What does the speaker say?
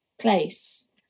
place